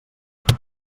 savi